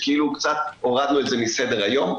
שכאילו קצת הורדנו את זה מסדר היום,